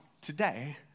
today